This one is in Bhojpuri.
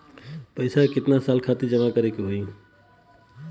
पैसा के कितना साल खातिर जमा करे के होइ?